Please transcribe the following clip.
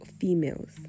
females